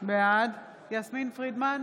בעד יסמין פרידמן,